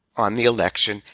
on the election,